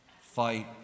fight